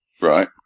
right